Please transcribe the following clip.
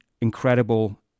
incredible